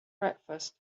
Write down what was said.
breakfast